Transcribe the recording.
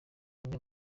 umwe